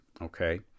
okay